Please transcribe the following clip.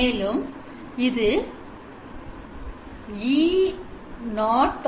மேலும் இது E0